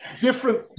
different